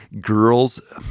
girls